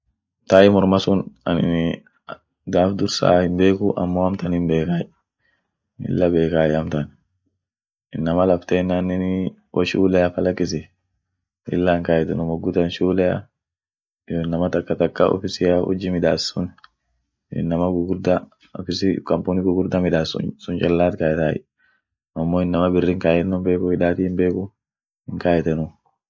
Tai morma sun aninii gaaf dursa hinbeeku amo amtan hinbekay, lilla beekay amtan, inama laftenanii woshulea fa lakisi lilla hinkaetenu mogu tan shulea iyo inama takka takka ka ofisia ujji midaas inama gugurda ofisi kampuni gugurda midas sun challaa kaetay amo inama birrin kaeno himbeku, hidaati himbeeku, hinkaetenu.